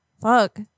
Fuck